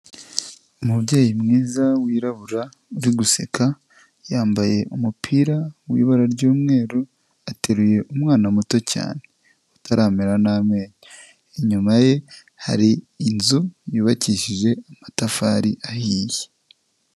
Umubyeyi mwiza, wirabura, uri guseka, yambaye umupira w'ibara ry'umweru, ateruye umwana muto cyane utaramera n'amenyo, inyuma ye hari inzu yubakishije amatafari ahiye.